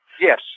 Yes